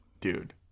dude